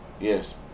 Yes